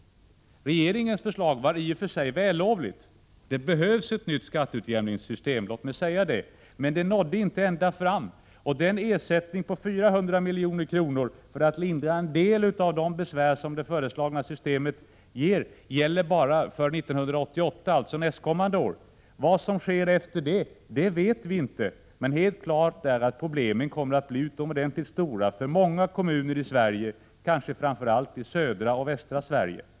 Regeringens förslag var i och för sig vällovligt. Det behövs ett nytt skatteutjämningssystem, men regeringens förslag nådde inte ända fram, och = Prot. 1986/87:110 den ersättning på 400 milj.kr. för att lindra en del av de besvär som det — 24 april 1987 föreslagna systemet ger gäller bara för 1988. Vad som sker därefter vet vi inte. Men helt klart är att problemen kommer att bli utomordentligt stora för många kommuner i Sverige, kanske framför allt i södra och västra Sverige.